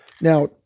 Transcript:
Now